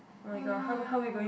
oh no